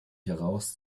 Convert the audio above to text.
heraus